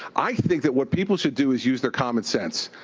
i think that what people should do is use their common sense.